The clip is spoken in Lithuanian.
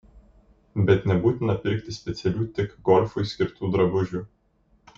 bet nebūtina pirkti specialių tik golfui skirtų drabužių